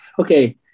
okay